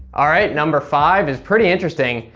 alright, number five is pretty interesting,